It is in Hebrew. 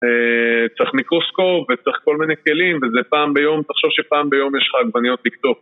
אה... צריך מיקרוסקופ, וצריך כל מיני כלים, וזה פעם ביום, תחשוב שפעם ביום יש'ך עגבניות לקטוף